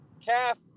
calf